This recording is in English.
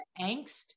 angst